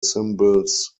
symbols